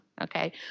Okay